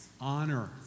Honor